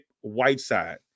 Whiteside